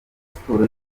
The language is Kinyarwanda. sports